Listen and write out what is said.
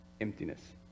emptiness